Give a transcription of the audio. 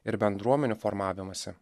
ir bendruomenių formavimąsi